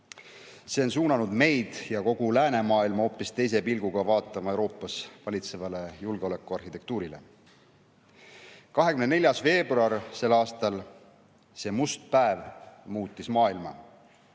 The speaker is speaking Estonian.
See on suunanud meid ja kogu läänemaailma hoopis teise pilguga vaatama Euroopas valitsevale julgeolekuarhitektuurile. Selle aasta 24. veebruar, see must päev muutis maailma.